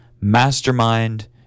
Mastermind